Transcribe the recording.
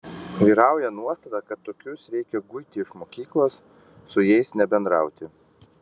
vyrauja nuostata kad tokius reikia guiti iš mokyklos su jais nebendrauti